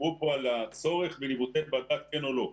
דיברו כאן על הצורך בניווטי בדד, כן או לא.